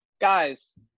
Guys